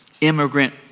immigrant